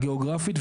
הגיאוגרפית,